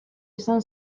esan